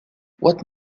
what